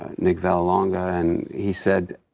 nick vallelonga and he's said,